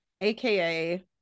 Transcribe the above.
aka